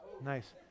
Nice